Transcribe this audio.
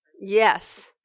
Yes